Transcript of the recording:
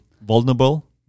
vulnerable